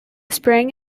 spring